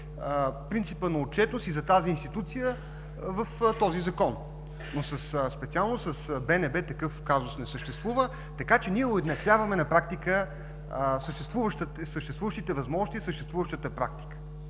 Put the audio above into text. принципа на отчетност и за тази институция в този Закон, но специално с БНБ такъв казус не съществува. Ние уеднаквяваме на практика съществуващите възможности и практика